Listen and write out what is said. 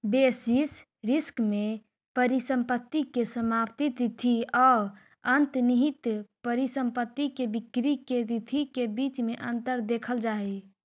basis risk में परिसंपत्ति के समाप्ति तिथि औ अंतर्निहित परिसंपत्ति के बिक्री के तिथि के बीच में अंतर देखल जा हई